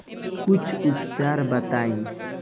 कुछ उपचार बताई?